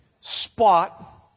spot